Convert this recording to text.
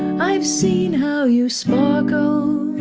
i've seen how you sparkle